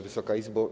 Wysoka Izbo!